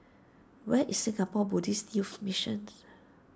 where is Singapore Buddhist Youth Missions